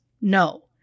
No